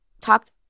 talked